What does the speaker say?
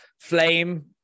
flame